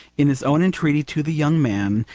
in his own entreaty to the young man,